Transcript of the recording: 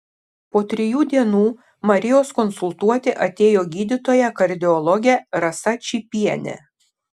po trijų dienų marijos konsultuoti atėjo gydytoja kardiologė rasa čypienė